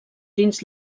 dins